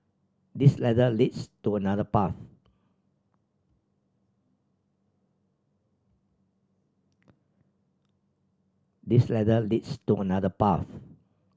this ladder leads to another path this ladder leads to another path